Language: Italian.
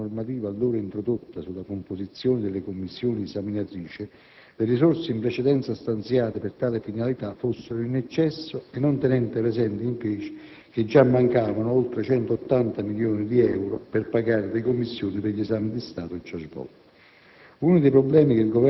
ritenendo che, a seguito della normativa allora introdotta sulla composizione delle commissioni esaminatrici, le risorse in precedenza stanziate per tale finalità fossero in eccesso e non tenendo presente, invece, che già mancavano oltre 180 milioni di euro per pagare le commissioni per gli esami di Stato già svolti.